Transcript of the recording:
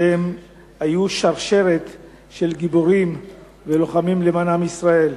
שהיו שרשרת של גיבורים ולוחמים למען עם ישראל.